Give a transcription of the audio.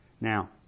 Now